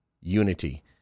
unity